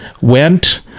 Went